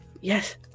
Yes